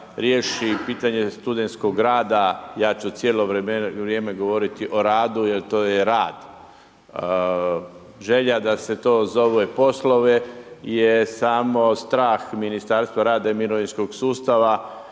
riješi pitanje studentskog rada, ja ću cijelo vrijeme govoriti o radu jer to je rad. Želja da se to zove poslove je samo strah ministarstva rada i mirovinskog sustava,